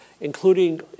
including